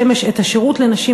את השירות לנשים,